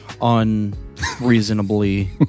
Unreasonably